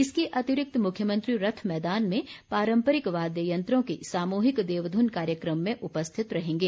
इसके अतिरिक्त मुख्यमंत्री रथ मैदान में पारंपरिक वादय यत्रों की सामूहिक देवधुन कार्यक्रम में उपस्थित रहेंगे